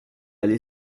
allé